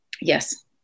Yes